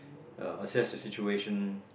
uh assess to situation